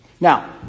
Now